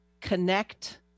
connect